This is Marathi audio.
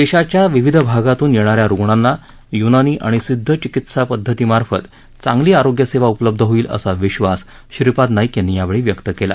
देशाच्या विविध भागातून येणाऱ्या रूग्णांना य्नानी णि सिद्ध चिकित्सापद्धती मार्फत चांगली रोग्य सेवा उपलब्ध होईल असा विश्वास श्रीपाद नाईक यांनी यावेळी व्यक्त केला